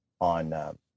on